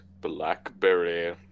blackberry